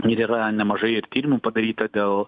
yra nemažai ir tyrimų padaryta dėl